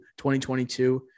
2022